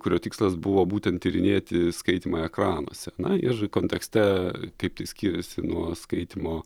kurio tikslas buvo būtent tyrinėti skaitymą ekranuose na ir kontekste kaip tai skiriasi nuo skaitymo